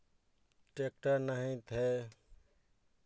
tractor नहीं थे